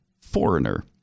Foreigner